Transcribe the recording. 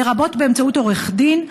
לרבות באמצעות עורך דין,